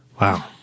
Wow